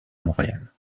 montréal